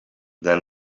than